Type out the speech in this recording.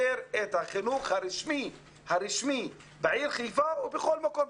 את החינוך הרשמי בעיר חיפה ובכל מקום,